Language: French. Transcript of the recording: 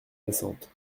récentes